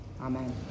Amen